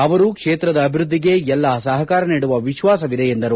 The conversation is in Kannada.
ಅವರು ಕ್ಷೇತ್ರದ ಅಭಿವೃದ್ದಿಗೆ ಎಲ್ಲ ಸಹಕಾರ ನೀಡುವ ವಿಶ್ವಾಸವಿದೆ ಎಂದು ತಿಳಿಸಿದರು